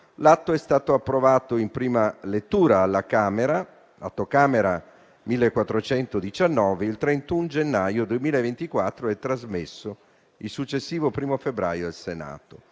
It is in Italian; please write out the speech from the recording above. L'atto è stato approvato in prima lettura alla Camera, con l'Atto Camera 1419, il 31 gennaio 2024 e trasmesso il successivo 1° febbraio al Senato.